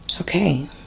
okay